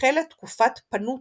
החלה תקופת "פנותה",